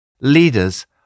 Leaders